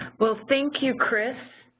well thank you, chris,